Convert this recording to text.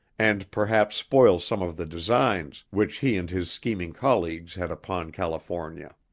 and perhaps spoil some of the designs which he and his scheming colleagues had upon california.